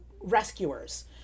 rescuers